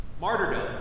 Martyrdom